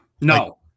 No